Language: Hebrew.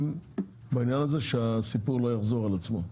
בעניין הזה כדי שהסיפור לא יחזור על עצמו.